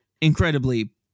Incredibly